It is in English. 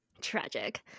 Tragic